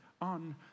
on